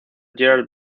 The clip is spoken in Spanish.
gerard